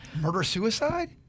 Murder-suicide